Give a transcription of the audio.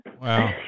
Wow